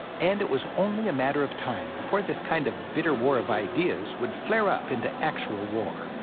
and it was only a matter of time before this kind of bitter war of ideas would flare up into actual war.